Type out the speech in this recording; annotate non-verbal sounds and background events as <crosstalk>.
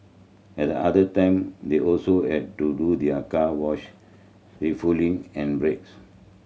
at other time they also <unintelligible> to do their car wash refuelling and breaks